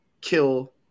kill